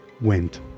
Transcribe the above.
went